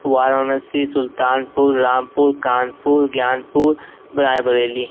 Varanasi Sultanpur Rampur Kanpur Gyanpur Raebareli